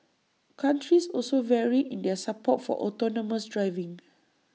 countries also vary in their support for autonomous driving